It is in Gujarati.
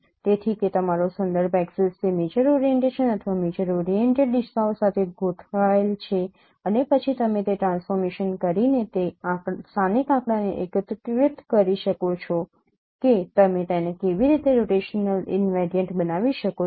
તેથી કે તમારો સંદર્ભ ઍક્સિસ તે મેજર ઓરીએન્ટેશન અથવા મેજર ઓરીએન્ટેડ દિશાઓ સાથે ગોઠવાયેલ છે અને પછી તમે તે ટ્રાન્સફોર્મેશન કરીને તે સ્થાનિક આંકડાને એકીકૃત કરી શકો છો કે તમે તેને કેવી રીતે રોટેશનલ ઈનવેરિયન્ટ બનાવી શકો છો